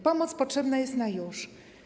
Pomoc potrzebna jest na już.